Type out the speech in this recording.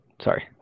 Sorry